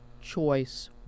choice